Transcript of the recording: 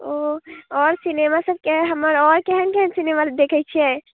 ओ आओर सिनेमा सबके हमर आओर केहन केहन सिनेमा सब देखै छियै